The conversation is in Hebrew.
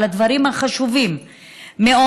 ועל הדברים החשובים מאוד,